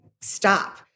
stop